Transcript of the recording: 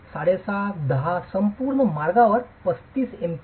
5 10 संपूर्ण मार्गावर 35 MPa पर्यंत